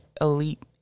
elite